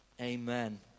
Amen